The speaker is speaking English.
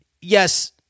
Yes